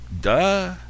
duh